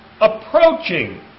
approaching